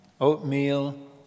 oatmeal